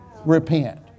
repent